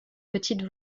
petite